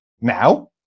now